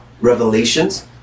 Revelations